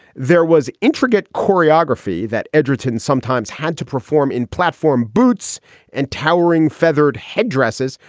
there was intricate choreography that edgerton sometimes had to perform in platform boots and towering feathered headdresses.